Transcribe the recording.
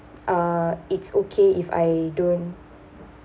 uh it's okay if I don't